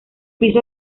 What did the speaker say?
piso